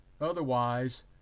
Otherwise